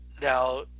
Now